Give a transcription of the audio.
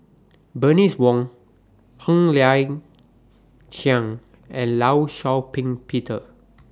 Bernice Wong Ng Liang Chiang and law Shau Ping Peter